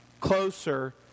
closer